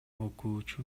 окуучу